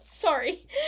Sorry